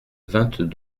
vingt